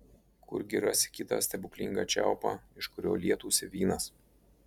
kurgi rasi kitą stebuklingą čiaupą iš kurio lietųsi vynas